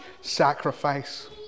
sacrifice